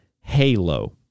halo